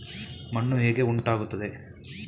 ಮಣ್ಣು ಹೇಗೆ ಉಂಟಾಗುತ್ತದೆ?